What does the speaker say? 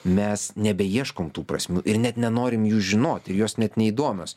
mes nebeieškom tų prasmių ir net nenorim jų žinoti ir jos net neįdomios